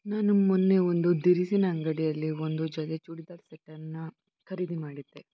ನಾನು ಮೊನ್ನೆ ಒಂದು ದಿರಿಸಿನ ಅಂಗಡಿಯಲ್ಲಿ ಒಂದು ಜೊತೆ ಚೂಡಿದಾರ್ ಸೆಟ್ಟನ್ನು ಖರೀದಿ ಮಾಡಿದ್ದೆ